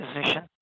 position